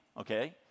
okay